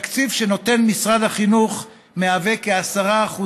התקציב שנותן משרד החינוך הוא כ-10%